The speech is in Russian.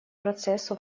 процессу